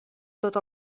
tot